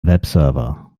webserver